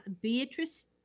Beatrice